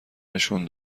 نشون